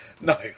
No